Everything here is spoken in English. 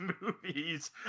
movies